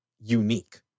unique